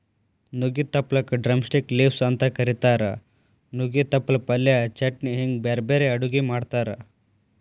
ನುಗ್ಗಿ ತಪ್ಪಲಕ drumstick leaves ಅಂತ ಕರೇತಾರ, ನುಗ್ಗೆ ತಪ್ಪಲ ಪಲ್ಯ, ಚಟ್ನಿ ಹಿಂಗ್ ಬ್ಯಾರ್ಬ್ಯಾರೇ ಅಡುಗಿ ಮಾಡ್ತಾರ